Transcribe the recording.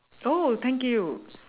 oh thank you